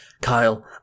kyle